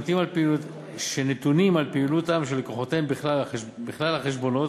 כך שנתונים על פעילותם של לקוחותיהם בכלל החשבונות